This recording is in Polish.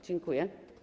Dziękuję.